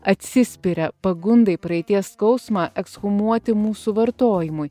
atsispiria pagundai praeities skausmą ekshumuoti mūsų vartojimui